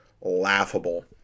laughable